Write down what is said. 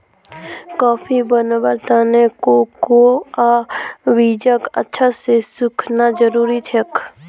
coffee बनव्वार त न कोकोआ बीजक अच्छा स सुखना जरूरी छेक